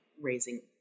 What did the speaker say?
raising